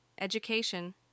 education